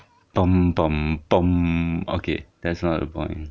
tom tom tom okay that's not the point